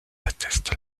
attestent